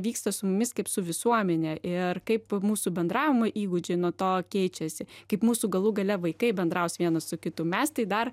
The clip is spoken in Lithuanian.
vyksta su mumis kaip su visuomene ir kaip mūsų bendravimo įgūdžiai nuo to keičiasi kaip mūsų galų gale vaikai bendraus vienas su kitu mes tai dar